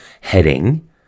heading